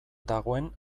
dagoen